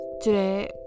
today